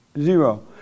Zero